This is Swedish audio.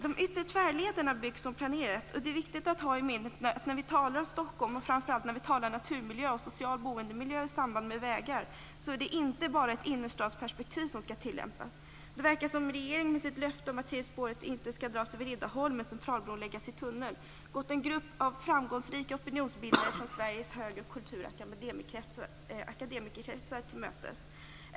De yttre tvärlederna byggs som planerat. Det är viktigt att ha i minnet att det när vi talar om Stockholm, framför allt när det gäller naturmiljö och social boendemiljö i samband med vägar, inte bara är ett innerstadsperspektiv som skall tillämpas. Det verkar som att regeringen med sitt löfte om att ett tredje spår inte skall dras över Riddarholmen och att Centralbron skall läggas i tunnel har gått en grupp framgångsrika opinionsbildare från Sveriges högre kultur och akademikerkretsar till mötes.